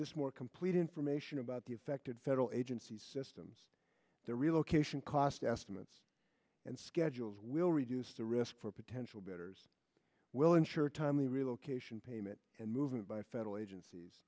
this more complete information about the affected federal agencies systems their relocation cost estimates and schedules will reduce the risk for potential bidders will ensure timely relocation payment and movement by federal agencies